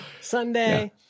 Sunday